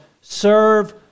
serve